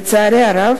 לצערי הרב,